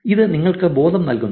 ഇത് നിങ്ങൾക്ക് ബോധം നൽകുന്നു